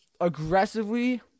aggressively